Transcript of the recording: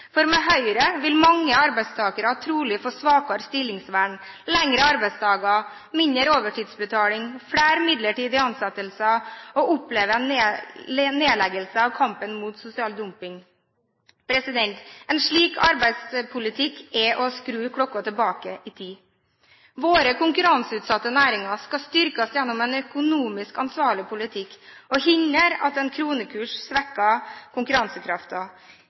For med Høyre vil mange arbeidstakere trolig få svakere stillingsvern, lengre arbeidsdager og mindre overtidsbetaling. Vi vil få flere midlertidige ansettelser og oppleve en nedleggelse av kampen mot sosial dumping. En slik arbeidspolitikk er å skru klokka tilbake i tid. Våre konkurranseutsatte næringer skal styrkes gjennom en økonomisk ansvarlig politikk og hindre en kronekurs